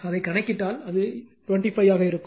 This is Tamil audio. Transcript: அதைக் கணக்கிட்டால் அது 25 ஆக இருக்கும்